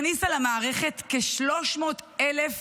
הכניסה למערכת כ-300,000